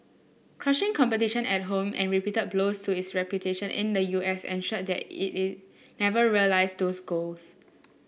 crushing competition at home and repeated blows to its reputation in the U S ensured that it never realised those goals